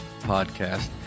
Podcast